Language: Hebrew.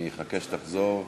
אני אחכה שתחזור למקום.